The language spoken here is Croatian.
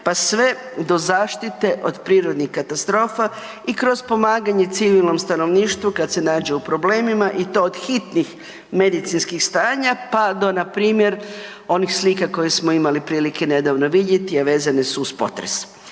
pa sve do zaštite od prirodnih katastrofa i kroz pomaganje civilnom stanovništvu kad se nađe u problemima i to od hitnih medicinskih stanja pa do npr. onih slika koje smo imali prilike nedavno vidjeti, a vezane su uz potres.